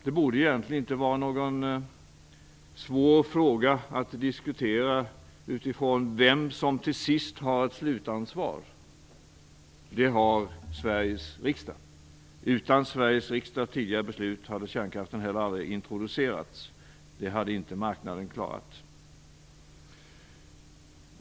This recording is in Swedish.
Det borde alltså inte vara någon svår fråga att diskutera utifrån vem som till sist har slutansvaret. Det har Sveriges riksdag. Utan Sveriges riksdags tidigare beslut hade kärnkraften aldrig introducerats. Det hade inte marknaden klarat.